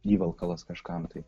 įvalkalas kažkam tai